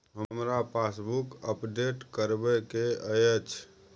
हमरा passbook update करैबे के अएछ?